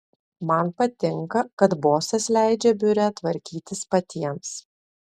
man patinka kad bosas leidžia biure tvarkytis patiems